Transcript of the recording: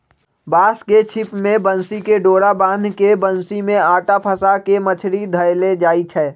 बांस के छिप में बन्सी कें डोरा बान्ह् के बन्सि में अटा फसा के मछरि धएले जाइ छै